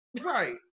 Right